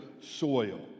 soil